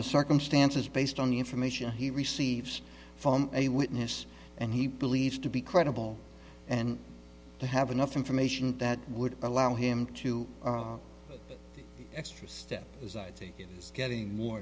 the circumstances based on the information he receives from a witness and he believes to be credible and to have enough information that would allow him to extra step as i think it's getting more